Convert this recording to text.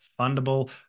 fundable